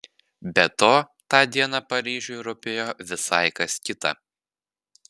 be to tą dieną paryžiui rūpėjo visai kas kita